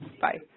Bye